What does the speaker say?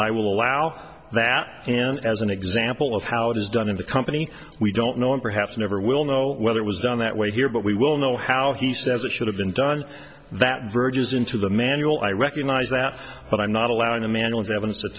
i will allow that and as an example of how it is done in the company we don't know and perhaps never will know whether it was done that way here but we will know how he says it should have been done that verges into the manual i recognise that but i'm not allowed to manage evidence at